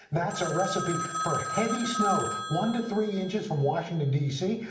that's a recipe for heavy snow. one to three inches from washington, d c.